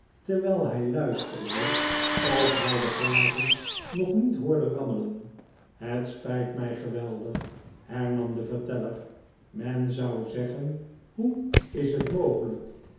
terwijl hij luisterde of hij de glazen nog niet hoorde rammelen het spijt mij gewemig hernam de verteller men zou zeggen hoe is het mogelijk